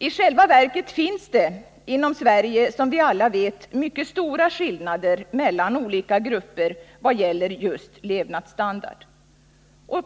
I själva verket finns det, som vi alla vet, inom Sverige mycket stora skillnader mellan olika grupper i vad gäller just levnadsstandard.